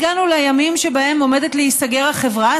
הגענו לימים שבהם עומדת להיסגר החברה,